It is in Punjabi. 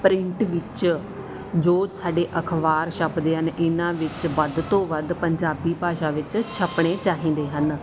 ਪ੍ਰਿੰਟ ਵਿੱਚ ਜੋ ਸਾਡੇ ਅਖ਼ਬਾਰ ਛਪਦੇ ਹਨ ਇਹਨਾਂ ਵਿੱਚ ਵੱਧ ਤੋਂ ਵੱਧ ਪੰਜਾਬੀ ਭਾਸ਼ਾ ਵਿੱਚ ਛਪਣੇ ਚਾਹੀਦੇ ਹਨ